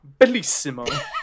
bellissimo